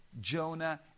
Jonah